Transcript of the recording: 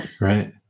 right